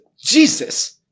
Jesus